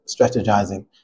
strategizing